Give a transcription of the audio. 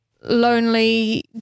lonely